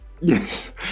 Yes